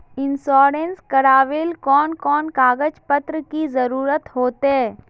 Insurance करावेल कोन कोन कागज पत्र की जरूरत होते?